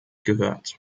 gehört